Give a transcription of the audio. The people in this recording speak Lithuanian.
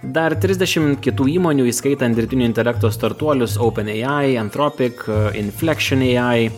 dar trisdešim kitų įmonių įskaitant dirbtinio intelekto startuolius openai entropik inflectionai